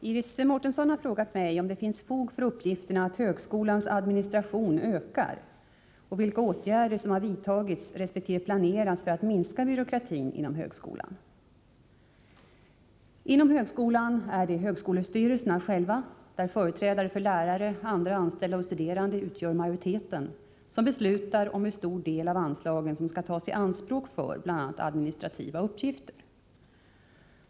Herr talman! Iris Mårtensson har frågat mig om det finns fog för uppgifterna att högskolans administration ökar och vilka åtgärder som har vidtagits resp. planeras för att minska byråkratin inom högskolan. Inom högskolan är det högskolestyrelserna själva — där företrädare för lärare, andra anställda och studerande utgör majoriteten — som beslutar om hur stor del av anslagen som skall tas i anspråk för bl.a. administrativa uppgifter.